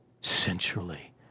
centrally